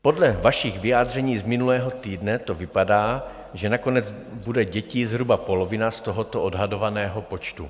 Podle vašich vyjádření z minulého týdne to vypadá, že nakonec bude dětí zhruba polovina z tohoto odhadovaného počtu.